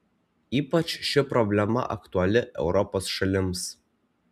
ypač ši problema aktuali europos šalims